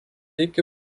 iki